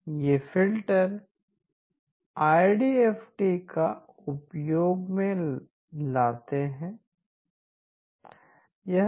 ये filter IDFT को उपयोग में लाते हैं